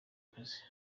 akazi